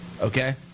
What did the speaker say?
okay